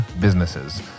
businesses